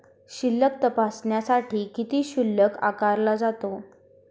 शिल्लक तपासण्यासाठी किती शुल्क आकारला जातो?